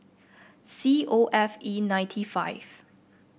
C O F E ninety five